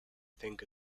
think